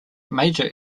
major